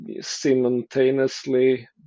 simultaneously